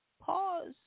pause